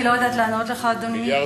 אני לא יודעת לענות לך, אדוני.